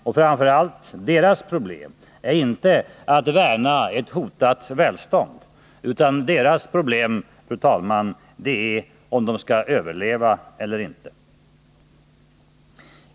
Och framför allt: deras problem är inte att värna ett hotat välstånd, utan deras problem, fru talman, är om de skall överleva eller inte.